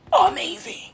amazing